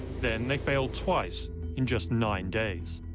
then, they failed twice in just nine days.